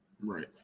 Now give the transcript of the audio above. Right